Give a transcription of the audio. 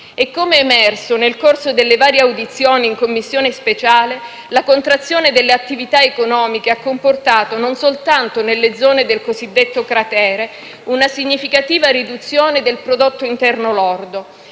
Come è emerso nel corso delle varie audizioni in Commissione speciale, la contrazione delle attività economiche ha comportato, non soltanto nelle zone del cosiddetto cratere, una significativa riduzione del prodotto interno lordo,